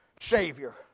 Savior